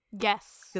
Yes